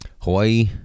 Hawaii